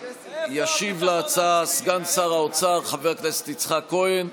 ישיב על ההצעה סגן שר האוצר חבר הכנסת יצחק כהן.